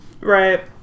Right